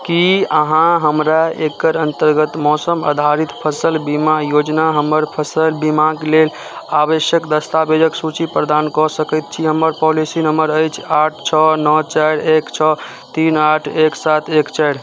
की अहाँ हमरा एकर अन्तर्गत मौसम आधारित फसल बीमा योजना हमर फसल बीमाक लेल आवश्यक दस्तावेजक सूची प्रदान कऽ सकैत छी हमर पॉलिसी नंबर अछि आठ छओ नओ चारि एक छओ तीन आठ एक सात एक चारि